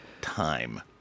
time